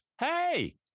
Hey